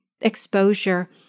exposure